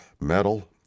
metal